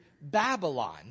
babylon